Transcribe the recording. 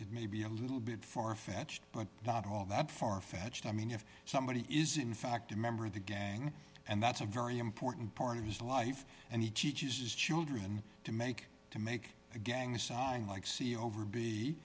may be a little bit farfetched but not all that far fetched i mean if somebody is in fact a member of the gang and that's a very important part of his life and he teaches children to make to make a gang sign like see over b